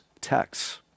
texts